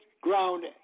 ground